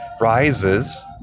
rises